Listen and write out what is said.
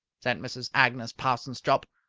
said mrs. agnes parsons jopp,